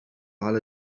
على